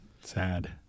Sad